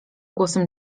głosem